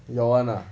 your one ah